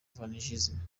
vaginisme